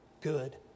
good